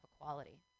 equality